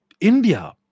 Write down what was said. India